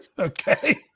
Okay